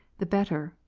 the better,